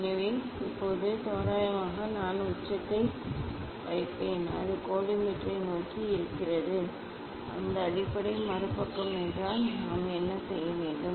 எனவே இப்போது தோராயமாக நான் உச்சத்தை வைப்பேன் அது கோலிமேட்டரை நோக்கி இருக்கிறது அந்த அடிப்படை மறுபக்கம் என்றால் நாம் என்ன செய்ய வேண்டும்